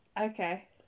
Okay